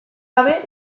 gabe